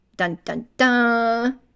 Dun-dun-dun